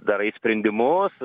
darai sprendimus